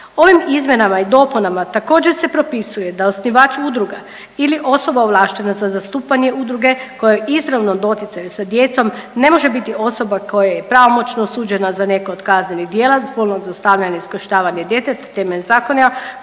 Ovim izmjenama i dopunama također se propisuje da osnivač udruga ili osoba ovlaštena za zastupanje udruge koja je u izravnom doticaju sa djecom ne može biti osoba koja je pravomoćno osuđena za neko od kaznenih djela sa …/Govornica se ne